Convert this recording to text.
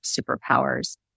superpowers